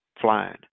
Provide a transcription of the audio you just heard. flying